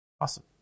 awesome